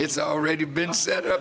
it's already been set up